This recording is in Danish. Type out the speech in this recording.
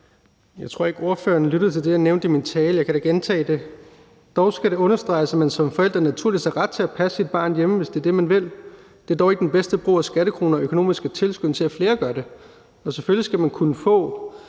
Jeg tror ikke, ordføreren lyttede til det, jeg nævnte i min tale. Jeg kan da gentage det: Dog skal det understreges, at man som forælder naturligvis har ret til at passe sit barn hjemme, hvis det er det, man vil. Det er dog ikke den bedste brug af skattekroner økonomisk at tilskynde til, at flere gør det. En del af den her